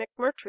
McMurtry